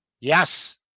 Yes